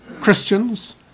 Christians